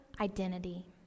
identity